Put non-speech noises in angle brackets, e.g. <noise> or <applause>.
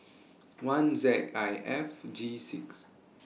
<noise> one Z I F G six